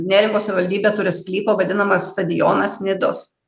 neringos savivaldybė turi sklypą vadinamas stadionas nidos